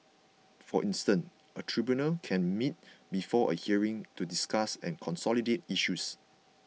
for instance a tribunal can meet before a hearing to discuss and consolidate issues